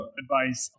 advice